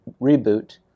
reboot